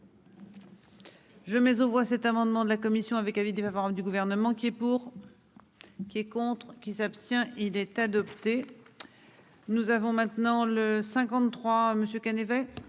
Je mets aux voix cet amendement de la commission avec avis défavorable du gouvernement qui est pour. Qui est contre qui s'abstient. Il est adopté. Nous avons maintenant le 53 monsieur